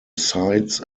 sides